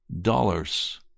dollars